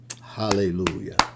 Hallelujah